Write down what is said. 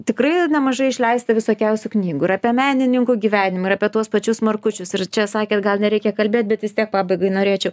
tikrai nemažai išleista visokiausių knygų ir apie menininkų gyvenimą ir apie tuos pačius markučius ir čia sakėt gal nereikia kalbėt bet vis tiek pabaigai norėčiu